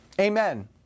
Amen